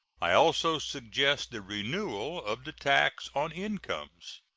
i also suggest the renewal of the tax on incomes,